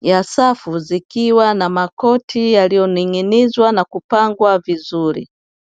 ya safu zikiwa na makoti yaliyoning'inizwa na kupangwa vizuri.